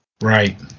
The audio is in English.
Right